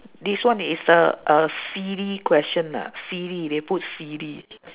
this one is a a silly question ah silly they put silly